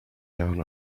down